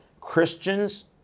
Christians